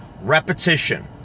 Repetition